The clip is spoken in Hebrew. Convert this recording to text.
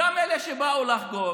גם אלה שבאו לחגוג